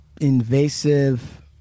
invasive